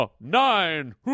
Nine